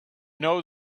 know